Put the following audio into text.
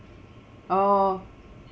oo